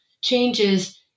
changes